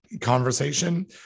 conversation